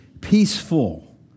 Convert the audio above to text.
peaceful